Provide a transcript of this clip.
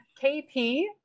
kp